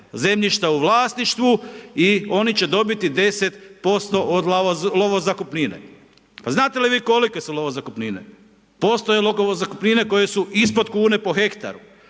zemljišta u vlasništvu i oni će dobiti 10% od lovo zakupnine. Pa znate li vi kolike su lovozakupnine? Postoje lovozakupnine koje su ispod kune po hektaru,